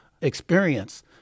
experience